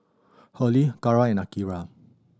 Hurley Kara and Akira